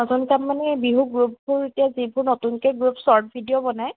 নতুন কাম মানে বিহু গ্ৰুপবোৰ এতিয়া যিবোৰ নতুনকে গ্ৰুপ শৰ্ট ভিডিঅ' বনায়